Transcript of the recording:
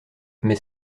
mais